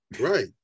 right